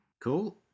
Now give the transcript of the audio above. cool